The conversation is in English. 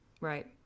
Right